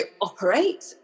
operate